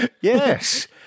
Yes